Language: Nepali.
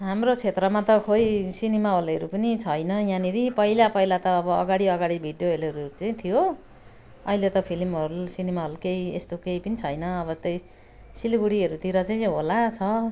हाम्रो क्षेत्रमा त खोई सिनेमा हलहरू पनि छैन यहाँनेर पहिला त पहिला त अब अगाडि अगाडि भिडियो हलहरू चाहिँ थियो अहिले त फिलिम हल सिनेमा हल केही यस्तो केही पनि छैन अब त्यही सिलिगुडीहरूतिर चाहिँ होला छ